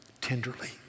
tenderly